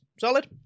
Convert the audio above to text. solid